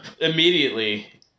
immediately